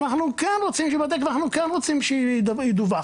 אנחנו כן רוצים שידווח,